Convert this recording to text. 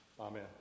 Amen